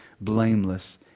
blameless